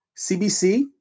CBC